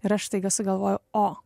ir aš staiga sugalvojau o